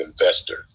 investor